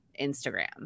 Instagram